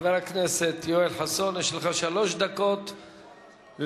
חבר הכנסת יואל חסון, יש לך שלוש דקות לנסות